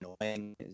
annoying